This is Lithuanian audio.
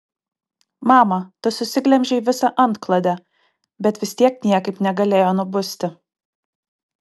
mama tu susiglemžei visą antklodę bet vis tiek niekaip negalėjo nubusti